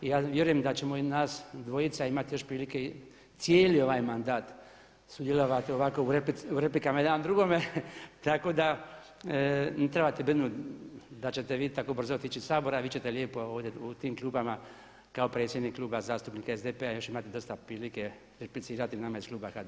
I ja vjerujem da ćemo i nas dvojca imati još prilike cijeli ovaj mandat sudjelovati ovako u replikama jedan drugome tako da ne trebate brinuti da ćete vi tako brzo otići iz Sabora, vi ćete lijepo ovdje u tim klupama kao predsjednik Kluba zastupnika SDP-a još imati dosta prilike replicirati nama iz kluba HDZ-a.